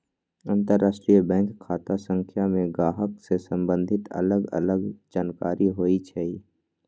अंतरराष्ट्रीय बैंक खता संख्या में गाहक से सम्बंधित अलग अलग जानकारि होइ छइ